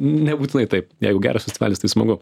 nebūtinai taip jeigu geras festivalis tai smagu